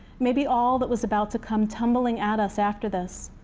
maybe all that was about to come tumbling at us after this,